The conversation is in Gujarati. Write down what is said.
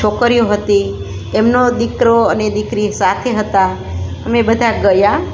છોકરીઓ હતી એમનો દીકરો અને દીકરી સાથે હતાં અમે બધા ગયાં